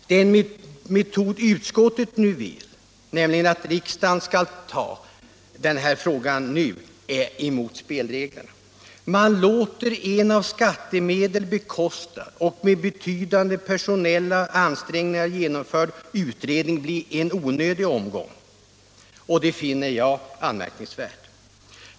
Den metod utskottet nu vill att riksdagen skall anta är emot spelreglerna. Man låter en av skattemedel bekostad och med betydande personella ansträngningar genomförd utredning bli en onödig omgång, och det finner jag anmärkningsvärt.